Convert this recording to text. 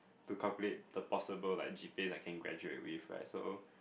to calculate the possible like G_P_As I can graduate with right so